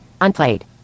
Unplayed